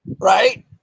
right